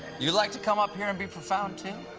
you like to come up here and be profound, too?